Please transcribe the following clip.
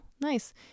nice